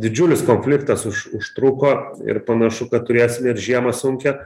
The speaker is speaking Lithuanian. didžiulis konfliktas už užtruko ir panašu kad turėsim ir žiemą sunkią